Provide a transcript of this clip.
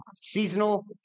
seasonal